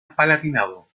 palatinado